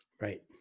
Right